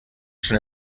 schon